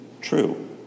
true